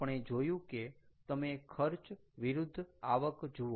આપણે જોયું કે તમે ખર્ચ વિરુધ્ધ આવક જુઓ